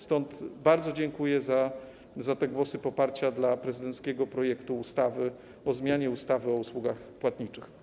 Stąd bardzo dziękuję za głosy poparcia dla prezydenckiego projektu ustawy o zmianie ustawy o usługach płatniczych.